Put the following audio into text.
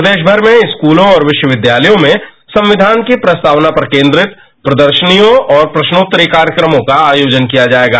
प्रदेश भर में स्कूलों और विश्वविद्यालयों में संविधान की प्रस्तावना पर कोंद्रित प्रदर्शनियों और प्रस्नोत्तरी कार्यक्रमों का आयोजन किया जाएगा